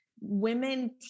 women